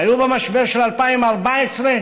שהיו במשבר של 2014,